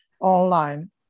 online